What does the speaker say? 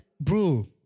bro